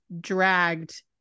dragged